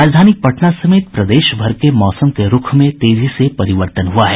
राजधानी पटना समेत प्रदेशभर के मौसम के रूख में तेजी से परिवर्तन हुआ है